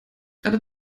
gerade